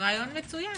רעיון מצוין.